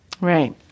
Right